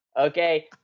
Okay